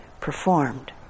performed